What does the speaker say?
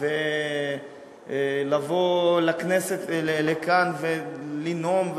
ולבוא לכאן ולנאום.